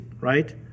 right